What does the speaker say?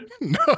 No